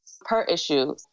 Per-issue